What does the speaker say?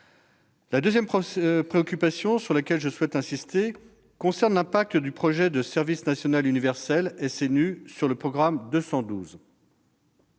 La seconde préoccupation sur laquelle je souhaite insister concerne l'incidence du projet du service national universel sur le programme 212.